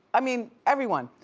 i mean everyone,